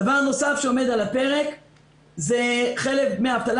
דבר נוסף שעומד על הפרק הוא חלף דמי אבטלה.